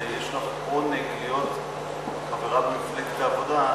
שיש לך עונג להיות חברה במפלגת העבודה,